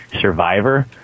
survivor